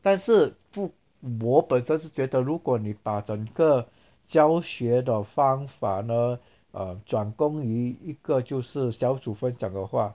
但是不我本身是觉得如果你把整个教学的方法呢 err 专工于一个就是小组分享的话